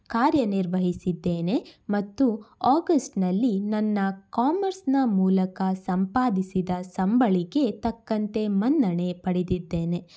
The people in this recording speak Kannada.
ಕಾರ್ಯನಿರ್ವಹಿಸಿದ್ದೇನೆ ಮತ್ತು ಆಗಸ್ಟ್ನಲ್ಲಿ ನನ್ನ ಕಾಮರ್ಸ್ನ ಮೂಲಕ ಸಂಪಾದಿಸಿದ ಸಂಬಳಿಗೆ ತಕ್ಕಂತೆ ಮನ್ನಣೆ ಪಡೆದಿದ್ದೇನೆ